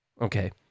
Okay